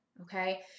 okay